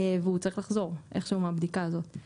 והוא צריך לחזור איכשהו מהבדיקה הזאת.